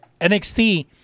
NXT